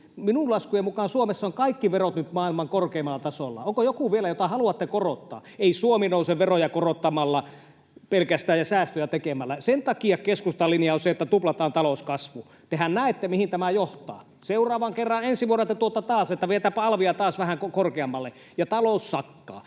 Minun laskujeni mukaan Suomessa on kaikki verot nyt maailman korkeimmalla tasolla. Onko vielä joku, jota haluatte korottaa? Ei Suomi nouse pelkästään veroja korottamalla ja säästöä tekemällä. Sen takia keskustan linja on se, että tuplataan talouskasvu. Tehän näette, mihin tämä johtaa. Seuraavan kerran, ensi vuonna, te toteatte taas, että vedetäänpä alvia taas vähän korkeammalle, ja talous sakkaa.